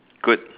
good